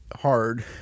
hard